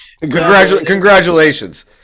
Congratulations